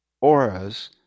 auras